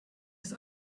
ist